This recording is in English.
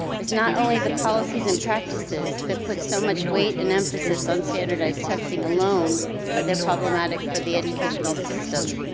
it's not only the policies and practices that put so much weight and emphasis on standardized testing alone but they're problematic for the educational system,